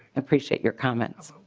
appreciate your comments.